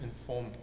inform